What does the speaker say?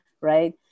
right